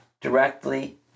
directly